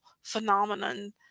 phenomenon